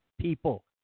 people